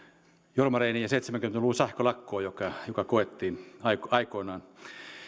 jorma reiniin ja seitsemänkymmentä luvun sähkölakkoon joka joka koettiin aikoinaan